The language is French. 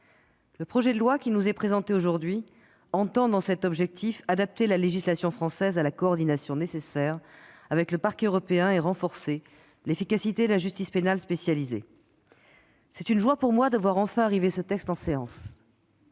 Le projet de loi qui nous est présenté aujourd'hui entend, dans cet objectif, adapter la législation française à la coordination nécessaire avec le Parquet européen et à renforcer l'efficacité de la justice pénale spécialisée. C'est une joie pour moi de voir enfin arriver ce texte en séance.